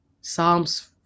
psalms